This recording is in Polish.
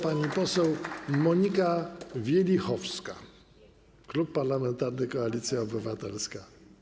Pani poseł Monika Wielichowska, Klub Parlamentarny Koalicja Obywatelska.